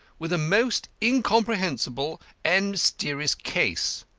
with a most incomprehensible and mysterious case,